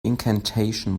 incantation